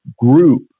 group